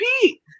Pete